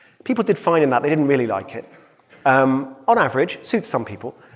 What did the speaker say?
people did fine in that. they didn't really like it. um on average, suits some people.